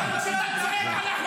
תודה.